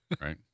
right